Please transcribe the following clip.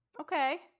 Okay